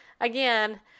again